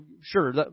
sure